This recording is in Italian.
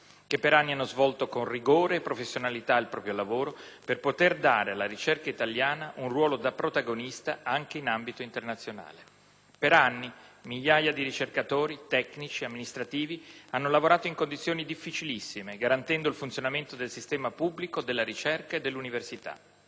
che per anni hanno svolto con rigore e professionalità il proprio lavoro, per poter dare alla ricerca italiana un ruolo da protagonista anche in ambito internazionale. Per anni migliaia di ricercatori, tecnici, amministrativi hanno lavorato in condizioni difficilissime, garantendo il funzionamento del sistema pubblico della ricerca e dell'università.